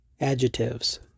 adjectives